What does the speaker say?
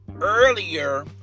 earlier